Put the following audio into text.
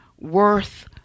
worth